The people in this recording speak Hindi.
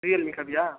रियलमी का भैया